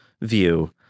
view